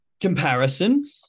comparison